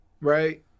Right